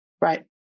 right